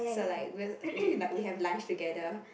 so like we we like we have lunch together